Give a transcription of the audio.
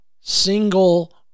single